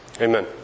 Amen